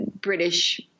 British